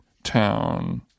town